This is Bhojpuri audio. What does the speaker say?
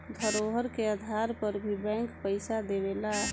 धरोहर के आधार पर भी बैंक पइसा देवेला